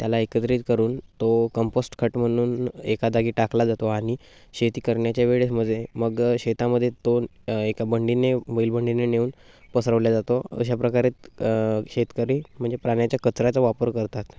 त्याला एकत्रित करून तो कंपोस्ट खत म्हणून एका जागी टाकला जातो आणि शेती करण्याच्या वेळेस म्हणजे मग शेतामध्ये तो एका बंडीने बैल बंडीने नेऊन पसरवल्या जातो अशा प्रकारेच शेतकरी म्हणजे प्राण्याच्या कचऱ्याचा वापर करतात